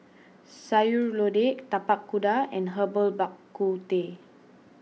Sayur Lodeh Tapak Kuda and Herbal Bak Ku Teh